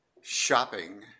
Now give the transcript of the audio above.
shopping